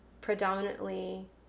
predominantly